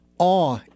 Awe